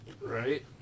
Right